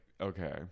Okay